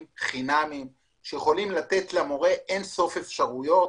חינמיים שיכולים לתת למורה אין סוף אפשרויות.